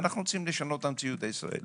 ואנו רוצים לשנות את המציאות הישראלית.